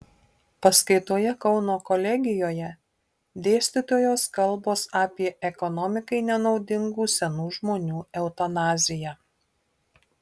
paskaitoje kauno kolegijoje dėstytojos kalbos apie ekonomikai nenaudingų senų žmonių eutanaziją